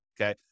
okay